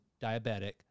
diabetic